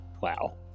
Wow